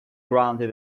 granted